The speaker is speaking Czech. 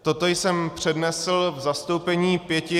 Toto jsem přednesl v zastoupení pěti